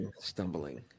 stumbling